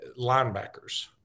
linebackers